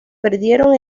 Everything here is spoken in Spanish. perdieron